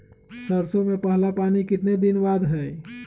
सरसों में पहला पानी कितने दिन बाद है?